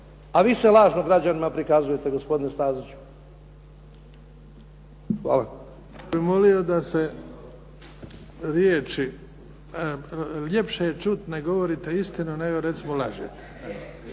A vi se lažno građanima prikazujete, gospodine Staziću. Hvala.